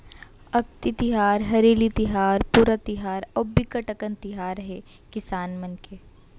अक्ति तिहार, हरेली तिहार, पोरा तिहार अउ बिकट अकन तिहार हे किसान मन के